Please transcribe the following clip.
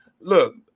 look